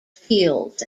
fields